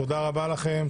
תודה רבה לכולם,